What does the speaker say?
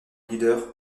leader